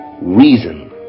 reason